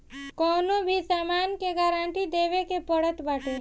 कवनो भी सामान के गारंटी देवे के पड़त बाटे